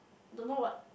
don't know what